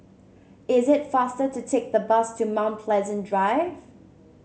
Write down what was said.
is it faster to take the bus to Mount Pleasant Drive